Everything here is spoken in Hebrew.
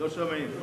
לא שומעים.